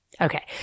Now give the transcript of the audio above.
Okay